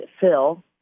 Phil